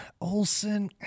Olson